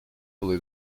below